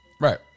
Right